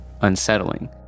unsettling